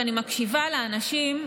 ואני מקשיבה לאנשים,